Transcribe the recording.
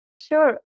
Sure